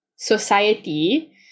society